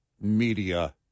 media